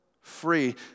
free